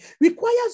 requires